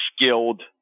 skilled